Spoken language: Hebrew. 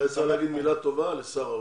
וצריך להגיד מילה טובה לשר האוצר.